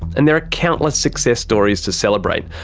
and there are countless success stories to celebrate,